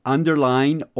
Underline